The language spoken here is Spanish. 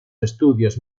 estudios